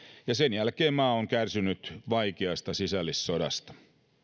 ja sen jälkeen maa on kärsinyt vaikeasta sisällissodasta